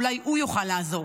אולי הוא יוכל לעזור,